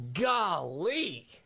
golly